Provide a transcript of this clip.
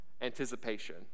anticipation